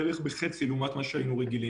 בערך בחצי לעומת מה שהיינו רגילים.